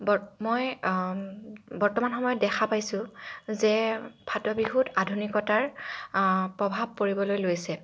বৰ মই বৰ্তমান সময়ত দেখা পাইছোঁ যে ফাটবিহুত আধুনিকতাৰ প্ৰভাৱ পৰিবলৈ লৈছে